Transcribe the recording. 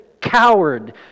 coward